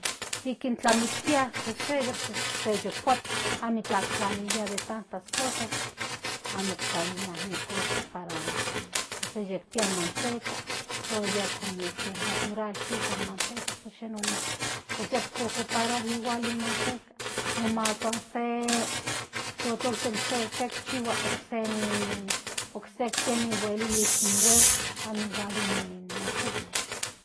Ikin tlamiktia seseya pues amo amikla tlalilia de tantas cosas amo iktlailiamiek cosas para ósea yikpia manteca pues todavía como natural kisas in manteca pues yi non ósea yik ocoparua nin igual in manteca o mas san se totol se ikchihua okse okse ikpias ni huelilis in huevo amo igual in aceite.